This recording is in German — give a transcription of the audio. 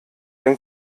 den